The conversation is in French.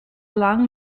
langue